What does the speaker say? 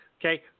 Okay